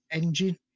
engine